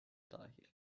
dahil